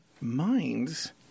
minds